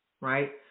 right